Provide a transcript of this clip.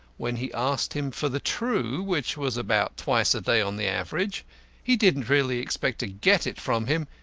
when he asked him for the true which was about twice a day on the average he didn't really expect to get it from him.